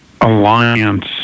alliance